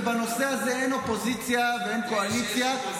ובנושא הזה אין אופוזיציה ואין קואליציה -- יש אופוזיציה ויש קואליציה.